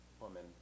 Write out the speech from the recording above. woman